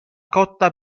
cotta